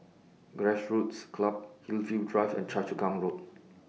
Grassroots Club Hillview Drive and Choa Chu Kang Road